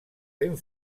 fent